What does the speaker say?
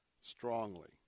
strongly